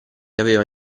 aveva